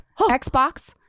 Xbox